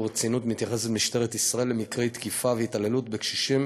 רצינות מתייחסת משטרת ישראל למקרי תקיפה והתעללות בקשישים